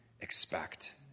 expect